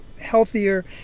healthier